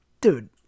dude